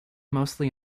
mostly